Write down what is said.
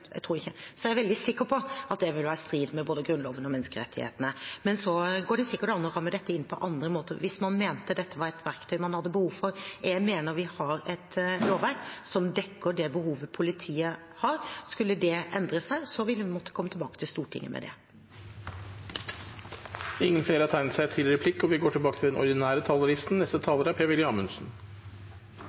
jeg vil ha. Jeg er veldig sikker på at det ville være i strid med både Grunnloven og menneskerettighetene. Men så går det sikkert an å ramme dette inn på andre måter, hvis man mente dette var et verktøy man hadde behov for. Jeg mener vi har et lovverk som dekker det behovet politiet har. Skulle det endre seg, ville man måtte komme tilbake til Stortinget med det. Replikkordskiftet er omme. De talerne som heretter tegner seg, har også en taletid på inntil 3 minutter. Jeg tror det er